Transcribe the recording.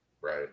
Right